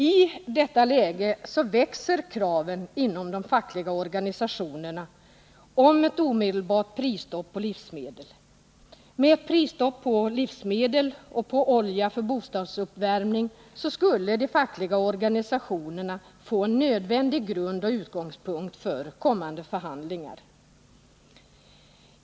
I detta läge växer kraven inom de fackliga organisationerna på ett omedelbart prisstopp på livsmedel. Med ett prisstopp på livsmedel och olja för bostadsuppvärmning skulle de fackliga organisationerna få en nödvändig grund och utgångspunkt för kommande förhandlingar.